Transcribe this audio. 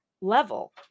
level